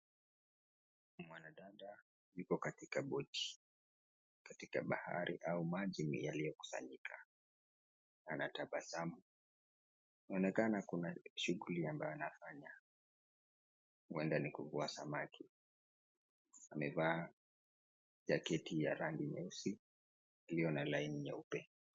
Mwanadada yuko katika boti katika bahari au maji yaliyokusanyika. Anatabasamu. Inaonekana kuna shughuli ambayo anafanya, huenda ni kuvua samaki. Amevaa jaketi ya rangi nyeusi iliyo na laini nyeupe.